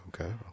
Okay